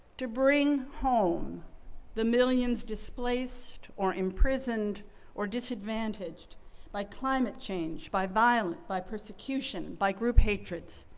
to bring home the millions displaced or imprisoned or disadvantaged by climate change, by violent, by persecution by group hatreds.